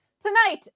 Tonight